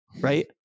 right